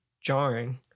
jarring